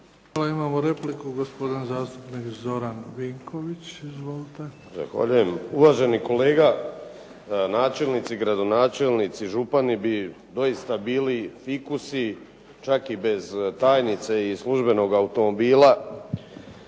Hvala. Imamo repliku gospodin zastupnik Zoran Vinković. Izvolite. **Vinković, Zoran (SDP)** Uvaženi kolega načelnici, gradonačelnici, župani bi doista bili fikusi, čak i bez tajnice i službenoga automobila